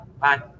Bye